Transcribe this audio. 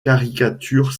caricature